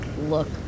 look